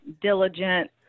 diligent